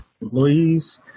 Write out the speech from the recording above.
employees